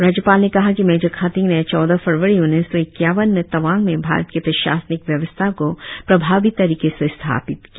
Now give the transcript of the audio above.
राज्यपाल ने कहा कि मेजर खाथिंग ने चौदह फरवरी उन्नीस सौ इक्यावन में तवांग में भारत के प्रशासनिक व्यवस्था को प्रभावी तरीके से स्थापित किया